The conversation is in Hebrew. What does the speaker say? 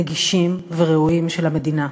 נגישים וראויים של המדינה.